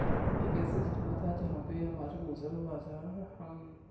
ایک ایسے جھرنا تھا جہاں پہ ہمارا گذر ہوا تھا ہم